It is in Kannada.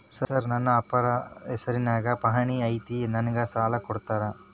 ಸರ್ ನನ್ನ ಅಪ್ಪಾರ ಹೆಸರಿನ್ಯಾಗ್ ಪಹಣಿ ಐತಿ ನನಗ ಸಾಲ ಕೊಡ್ತೇರಾ?